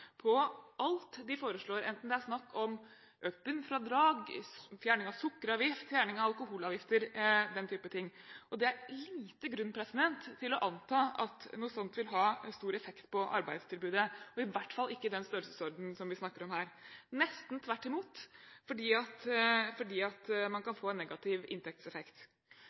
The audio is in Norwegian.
på alt de foreslår, enten det er snakk om økt bunnfradrag, fjerning av sukkeravgift, fjerning av alkoholavgifter eller andre ting. Det er liten grunn til å anta at noe slikt vil ha en stor effekt på arbeidstilbudet, i hvert fall ikke i den størrelsesorden som vi snakker om her, nesten tvert imot, fordi man kan få en negativ inntektseffekt.